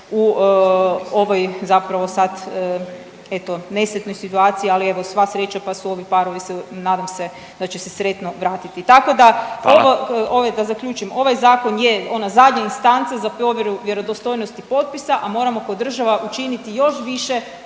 u ovoj zapravo sad eto nesretnoj situaciji, ali evo sva sreća pa su ovi parovi nadam se da će se sretno vratiti. …/Upadica Radin: Hvala./… Tako da, da zaključim, ovaj zakon je ona zadnja instanca za provjeru vjerodostojnosti potpisa, a moramo ko država učiniti još više